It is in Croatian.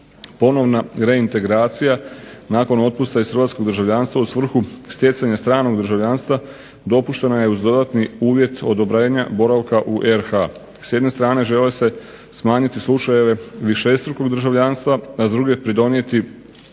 ponovna reintegracija nakon otpusta iz hrvatskog državljanstva u svrhu stjecanja stranog državljanstva dopuštena je uz dodatni uvjet odobrenja boravka u RH. S jedne strane žele se smanjiti slučajevi višestrukog državljanstva, a s druge pridonijeti